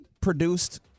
produced